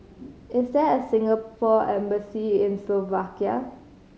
is there a Singapore Embassy in Slovakia